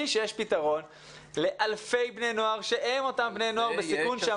שיש פתרון לאלפי בני נוער שהם אותם בני נוער בסיכון.